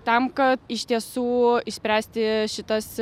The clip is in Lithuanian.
tam kad iš tiesų išspręsti šitas